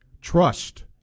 Trust